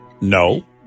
No